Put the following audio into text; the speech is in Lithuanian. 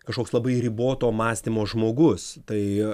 kažkoks labai riboto mąstymo žmogus tai